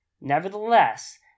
Nevertheless